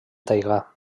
taigà